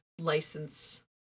license